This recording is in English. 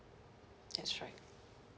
that's right